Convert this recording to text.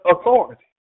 authority